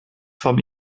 vom